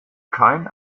kein